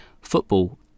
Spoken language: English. football